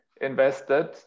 invested